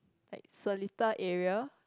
like Seletar area